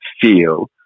feel